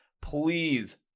please